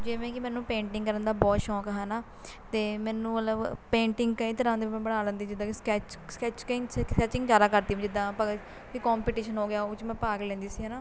ਜਿਵੇਂ ਕਿ ਮੈਨੂੰ ਪੇਂਟਿੰਗ ਕਰਨ ਦਾ ਬਹੁਤ ਸ਼ੌਕ ਹੈ ਨਾ ਅਤੇ ਮੈਨੂੰ ਮਤਲਬ ਪੇਂਟਿੰਗ ਕਈ ਤਰ੍ਹਾਂ ਦੇ ਮੈਂ ਬਣਾ ਲੈਂਦੀ ਜਿੱਦਾਂ ਕਿ ਸਕੈਚ ਸਕੈਚ ਕਿੰਗ ਸਕੈਚਿੰਗ ਜ਼ਿਆਦਾ ਕਰਦੀ ਮੈਂ ਜਿੱਦਾਂ ਆਪਾਂ ਕਿ ਕੋਈ ਕੌਂਪੀਟੀਸ਼ਨ ਹੋ ਗਿਆ ਉਹ 'ਚ ਮੈਂ ਭਾਗ ਲੈਂਦੀ ਸੀ ਹੈ ਨਾ